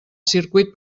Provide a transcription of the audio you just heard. circuit